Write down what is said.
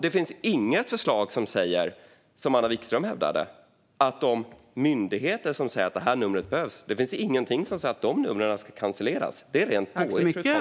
Det finns dessutom inget förslag som säger det Anna Vikström hävdade, att de nummer som myndigheterna behöver ska kancelleras. Det är ett rent påhitt.